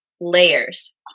layers